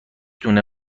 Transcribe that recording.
دونه